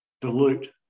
dilute